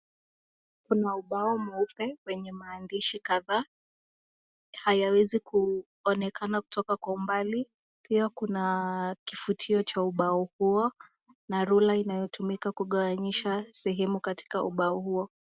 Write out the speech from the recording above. Kuna ubao mweupe wenye maandishi kadhaa, hayawezi kuonekana kutoka kwa umbali, pia kuna kifutio cha ubao huo na rula inayotumika kugawanyisha sehemu katika ubao huo.